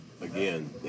again